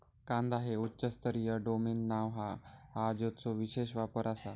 कांदा हे उच्च स्तरीय डोमेन नाव हा ज्याचो विशेष वापर आसा